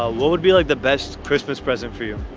ah what would be like the best christmas present for you?